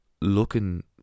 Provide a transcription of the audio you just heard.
Looking